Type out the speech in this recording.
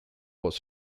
was